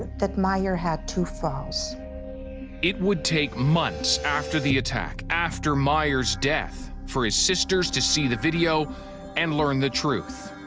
that meyer had two falls. david it would take months after the attack, after meyer's death, for his sisters to see the video and learn the truth.